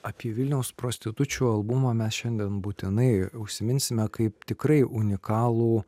apie vilniaus prostitučių albumą mes šiandien būtinai užsiminsime kaip tikrai unikalų